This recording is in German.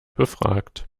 befragt